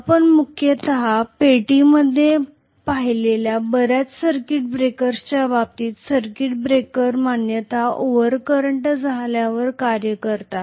आपण मुख्य पेटीमध्ये पाहिलेल्या बऱ्याच सर्किट ब्रेकर्सच्या बाबतीत सर्किट ब्रेकर सामान्यत ओव्हर करंट झाल्यावर कार्य करतात